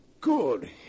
Good